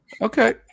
Okay